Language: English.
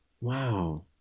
Wow